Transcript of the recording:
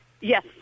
yes